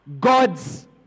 God's